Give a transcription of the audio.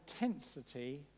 intensity